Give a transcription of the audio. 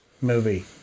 movie